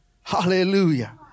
Hallelujah